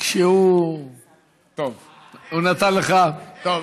הוא נתן לך, איך לא נפל בחלקי?